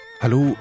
Hallo